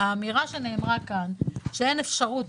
כן, כן, היא אמרה את זה.